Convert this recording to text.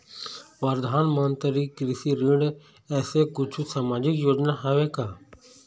परधानमंतरी कृषि ऋण ऐसे कुछू सामाजिक योजना हावे का?